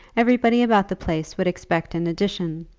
everybody about the place would expect an addition,